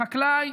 חקלאי,